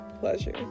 pleasure